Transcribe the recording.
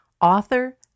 author